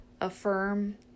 Affirm